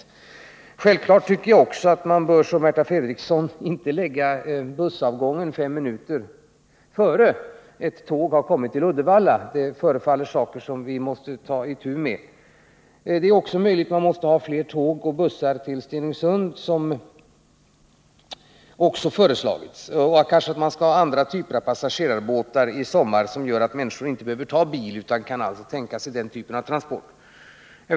Och självfallet bör inte, som Märta Fredrikson sade, bussavgången läggas fem minuter innan ett tåg kommer till Uddevalla. Det förefaller vara en sak som vi måste ta itu med. Det är vidare möjligt att vi måste sätta in fler tåg och bussar till Stenungsund, vilket också föreslagits. Vi kanske även skall sätta in andra typer av passagerarbåtar i sommar, som kan göra att människorna inte behöver ta bilen utan kan använda denna typ av transportmedel.